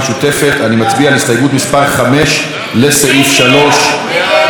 נצביע על הסתייגות מס' 5, לסעיף 3. מי בעד?